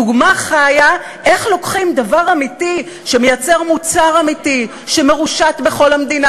דוגמה חיה איך לוקחים דבר אמיתי שמייצר מוצר אמיתי שמרושת בכל המדינה,